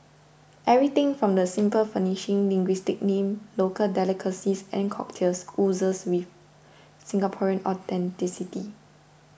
everything from the simple furnishing linguistic name local delicacies and cocktails oozes with Singaporean authenticity